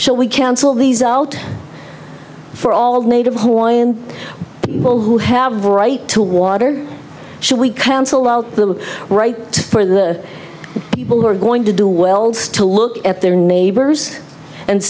shall we cancel these out for all native hawaiian people who have the right to water should we cancel out the right for the people who are going to do wells to look at their neighbors and